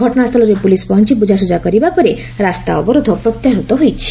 ଘଟଣାସ୍ଥଳରେ ପୁଲିସ୍ ପହଞ୍ ବୁଝାଶୁଝା କରିବା ପରେ ରାସ୍ତା ଅବରୋଧ ପ୍ରତ୍ୟାହୃତ ହୋଇଛି